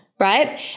right